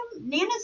Nana's